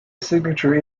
signature